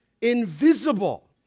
Invisible